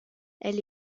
elle